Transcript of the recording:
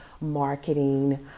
Marketing